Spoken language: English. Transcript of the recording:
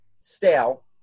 stale